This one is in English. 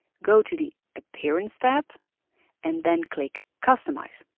go to the appearance tab and then click customize.